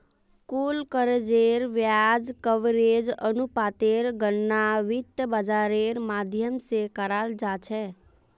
कुल कर्जेर ब्याज कवरेज अनुपातेर गणना वित्त बाजारेर माध्यम से कराल जा छे